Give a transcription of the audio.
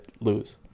lose